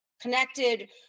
connected